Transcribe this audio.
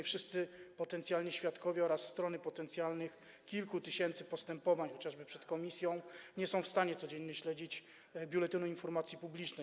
Wszyscy potencjalni świadkowie oraz strony potencjalnych kilku tysięcy postępowań, chociażby przed komisją, nie są w stanie codziennie śledzić Biuletynu Informacji Publicznej.